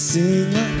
Sing